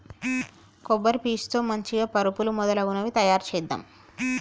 కొబ్బరి పీచు తో మంచిగ పరుపులు మొదలగునవి తాయారు చేద్దాం